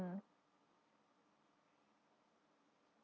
mm